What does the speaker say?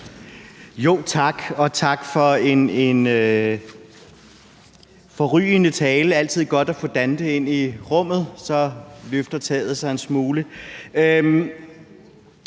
Tak, og tak for en forrygende tale. Det er altid godt at få Dante ind i rummet. Så løfter taget sig en smule.